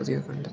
പുതിയ കണ്ടെ